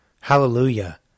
Hallelujah